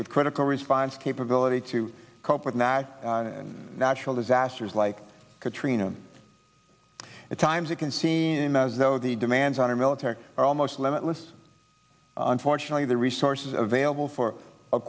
with critical response capability to cope with natural disasters like katrina at times it can seem as though the demands on our military are almost limitless unfortunately the resources available for